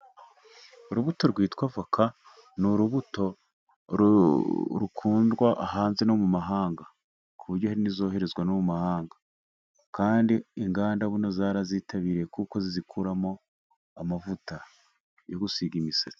Urubuto rwitwa voka ni urubuto rukundwa hanze no mu mahanga, ku buryo hari n'izoherezwa no mu mahanga. Kandi inganda ubu zarazitabiriye, kuko zizikuramo amavuta yo gusiga imisatsi.